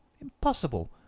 impossible